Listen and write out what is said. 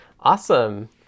Awesome